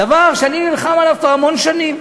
דבר שאני נלחם עליו כבר המון שנים.